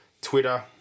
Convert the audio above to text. Twitter